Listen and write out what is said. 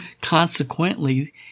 Consequently